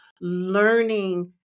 learning